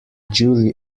julie